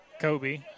Kobe